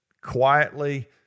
quietly